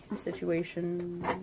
situation